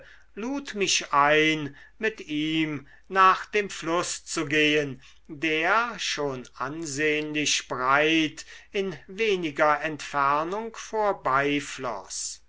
lud mich ein mit ihm nach dem fluß zu gehen der schon ansehnlich breit in weniger entfernung